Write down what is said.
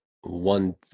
one